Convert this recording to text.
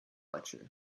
lecture